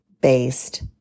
based